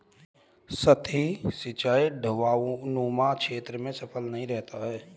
सतही सिंचाई ढवाऊनुमा क्षेत्र में सफल नहीं रहता है